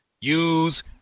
use